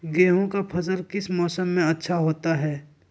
गेंहू का फसल किस मौसम में अच्छा होता है?